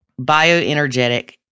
Bioenergetic